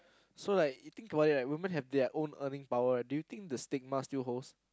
so like you think about it woman have their own earning power do you think the stigma still holds